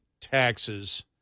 taxes